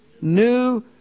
new